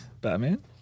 Batman